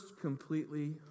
completely